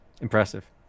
impressive